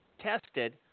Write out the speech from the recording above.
tested